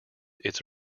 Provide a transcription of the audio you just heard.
its